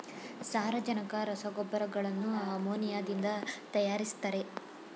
ಸಾರಜನಕ ರಸಗೊಬ್ಬರಗಳನ್ನು ಅಮೋನಿಯಾದಿಂದ ತರಯಾರಿಸ್ತರೆ